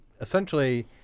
essentially